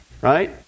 right